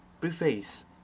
Preface